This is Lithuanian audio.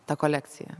ta kolekcija